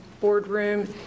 boardroom